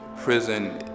prison